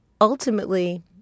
Ultimately